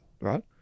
right